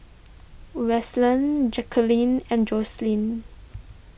Wesley Jacquelyn and Joslyn